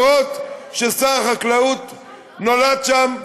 אפילו ששר החקלאות נולד שם,